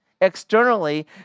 externally